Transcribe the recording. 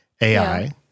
AI